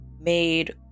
made